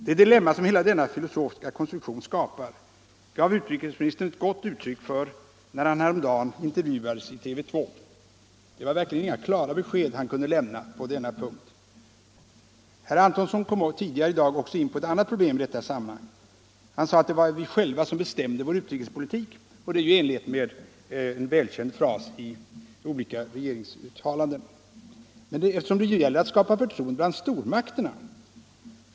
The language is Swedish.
Det dilemma som hela denna filosofiska konstruktion skapar gav utrikesministern gott uttryck för när han häromdagen intervjuades i TV 2. Det var verkligen inga klara besked han kunde lämna på denna punkt. Herr Antonsson kom tidigare i dag också in på ett annat problem i detta sammanhang. Han sade att det var vi själva som bestämde vår utrikespolitik — detta är ju i enlighet med en välkänd fras i olika regeringsuttalanden. Men det gäller ju att skapa förtroende bland stormakterna.